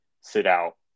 sit-out